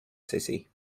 city